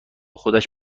خودش